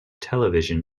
television